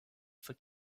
for